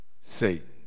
Satan